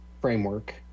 framework